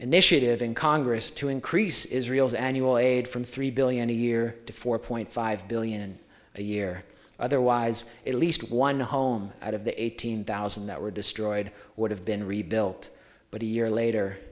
initiative in congress to increase israel's annual aid from three billion a year to four point five billion a year otherwise at least one home out of the eight hundred thousand that were destroyed would have been rebuilt but a year later